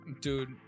Dude